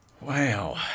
Wow